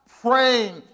praying